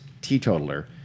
teetotaler